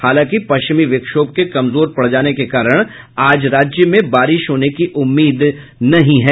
हालांकि पश्चिमी विक्षोभ के कमजोर पड़ जाने के कारण आज राज्य में बारिश होने की उम्मीद नहीं है